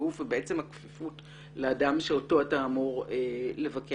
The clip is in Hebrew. גוף ובעצם הכפיפות לאדם שאותו אתה אמור לבקר.